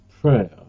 prayer